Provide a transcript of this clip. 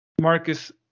marcus